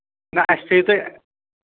نہ اَسہِ تھٲیِو تُہۍ